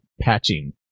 patching